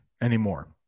anymore